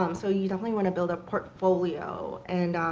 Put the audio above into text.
um so you definitely want to build a portfolio. and,